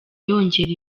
yongera